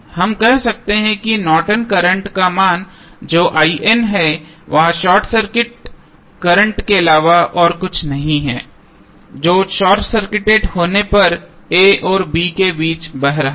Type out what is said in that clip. हम कह सकते हैं कि नॉर्टन करंट Nortons current का मान जो है वह शॉर्ट सर्किट करंट के अलावा और कुछ नहीं है जो शॉर्ट सर्किटेड होने पर a और b के बीच बह रहा है